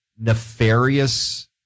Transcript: nefarious